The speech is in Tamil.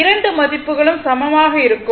இரண்டு மதிப்புகளும் சமமாக இருக்கும்